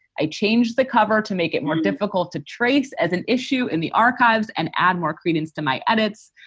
i changed the cover to make it more difficult to trace as an issue in the archives and add more credence to my edits.